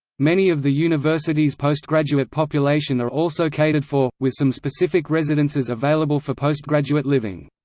many of the university's postgraduate population are also catered for, with some specific residences available for postgraduate living.